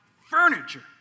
furniture